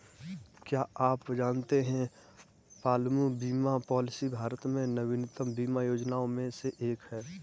क्या आप जानते है पालतू बीमा पॉलिसी भारत में नवीनतम बीमा योजनाओं में से एक है?